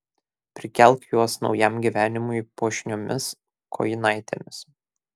prikelk juos naujam gyvenimui puošniomis kojinaitėmis